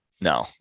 No